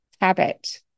habit